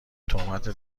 تهمت